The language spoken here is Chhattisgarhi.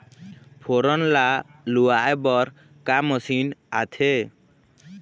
फोरन ला लुआय बर का मशीन आथे?